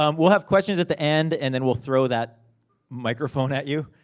um we'll have questions at the end, and then we'll throw that microphone at you,